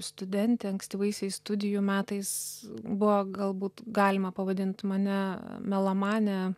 studentė ankstyvaisiais studijų metais buvo galbūt galima pavadint mane melomane